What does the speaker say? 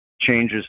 changes